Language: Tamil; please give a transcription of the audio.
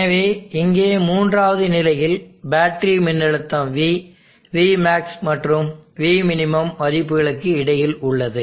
எனவே இங்கே மூன்றாவது நிலையில் பேட்டரி மின்னழுத்தம் V Vmax மற்றும் Vmin மதிப்புகளுக்கு இடையில் உள்ளது